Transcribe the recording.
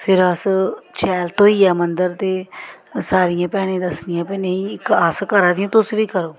फिर अस शैल धोइयै मंदर ते सारियें भैनें गी दस्सनियां भई नेईं इक अस करा दियां तुस बी करो